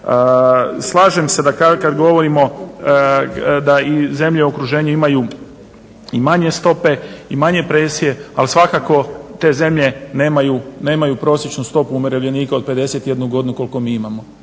Slažem se da kada govorimo da zemlje okruženju imaju i manje stope i manje presije ali svakako te zemlje nemaju prosječnu stopu umirovljenika od 51 godinu koliko mi imamo.